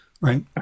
right